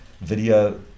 video